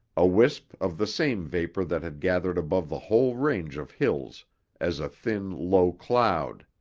a wisp of the same vapor that had gathered above the whole range of hills as a thin, low cloud.